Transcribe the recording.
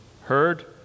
heard